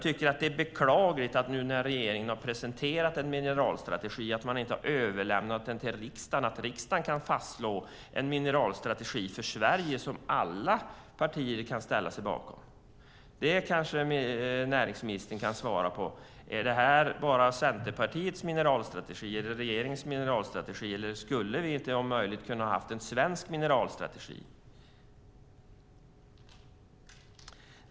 Det är beklagligt när nu regeringen har presenterat en mineralstrategi att man inte har överlämnat den till riksdagen, så att riksdagen kan fastslå en mineralstrategi för Sverige som alla partier kan ställa sig bakom. Det kanske näringsministern kan svara på. Är det här bara Centerpartiets mineralstrategi, eller är det regeringens mineralstrategi? Och skulle vi inte om möjligt ha kunnat ha en svensk mineralstrategi?